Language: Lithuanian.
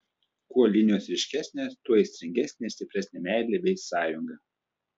kuo linijos ryškesnės tuo aistringesnė ir stipresnė meilė bei sąjunga